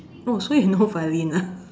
oh so you know violin ah